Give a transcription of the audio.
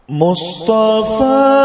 Mustafa